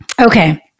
Okay